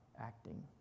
acting